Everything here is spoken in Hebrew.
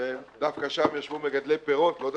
דווקא ישבו מגדלי פירות לא דווקא,